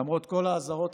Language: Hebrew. למרות כל האזהרות,